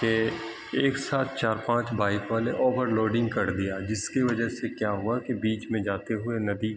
کہ ایک ساتھ چار پانچ بائک والے اوور لوڈنگ کر دیا جس کی وجہ سے کیا ہوا کہ بیچ میں جاتے ہوئے ندی